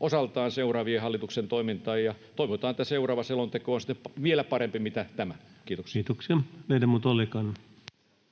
osaltaan seuraavien hallituksien toimintaa, ja toivotaan, että seuraava selonteko on sitten vielä parempi kuin tämä. — Kiitoksia.